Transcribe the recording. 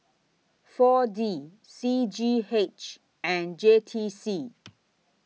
four D C G H and J T C